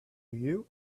you